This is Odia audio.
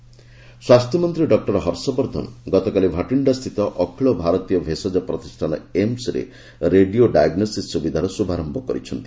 ହର୍ଷବର୍ଦ୍ଧନ ସ୍ୱାସ୍ଥ୍ୟମନ୍ତ୍ରୀ ଡକ୍କର ହର୍ଷବର୍ଦ୍ଧନ ଗତକାଲି ଭାଟିଶ୍ଡାସ୍ଥିତ ଅଖିଳ ଭାରତୀୟ ଭେଷଜ ପ୍ରତିଷ୍ଠାନ ଏମ୍ସରେ ରେଡିଓ ଡାଇଗ୍ନୋସିସ୍ ସୁବିଧାର ଶ୍ରଭାରମ୍ଭ କରିଛନ୍ତି